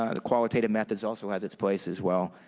ah the qualitive method also has its place as well.